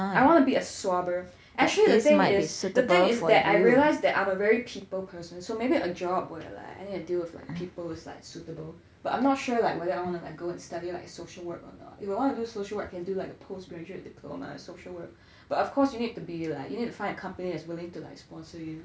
I want to be a swabber actually the thing is the thing is that I realized that I'm a very people person so maybe a job where like I need to deal with like people is suitable but I'm not sure like whether I want to like go and study social work or not if I want to do social work I can do like a post graduate diploma in social work but of course you need to be like you need to find a company that's willing to like sponsor you